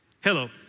Hello